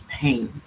pain